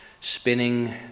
spinning